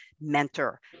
mentor